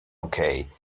okay